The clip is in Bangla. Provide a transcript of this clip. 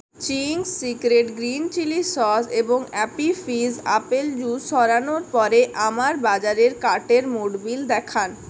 Ching's secret green chilli sauce এবং অ্যাপি ফিজ আপেল জুস সরানোর পরে আমার বাজারের কার্টের মোট বিল দেখান